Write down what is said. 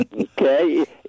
Okay